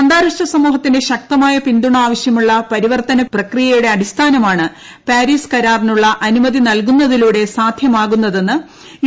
അന്താരാഷ്ട്ര സമൂഹത്തിന്റെ ശ്രക്തമായ പിന്തുണ ആവശ്യമുള്ള പരിവർത്തന പ്രക്രിയ്ക്യൂടെട്ട അടിസ്ഥാനമാണ് പാരിസ് കരാറിനുള്ള അനുമത്യി ന്ന്ൽകുന്നതിലൂടെ സാധ്യമാകുന്നതെന്ന് യു